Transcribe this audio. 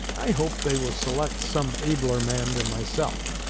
i hope they will select some abler man than myself